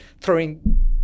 throwing